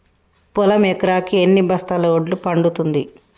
పొలం ఎకరాకి ఎన్ని బస్తాల వడ్లు పండుతుంది?